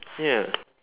ya